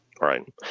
Right